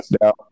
No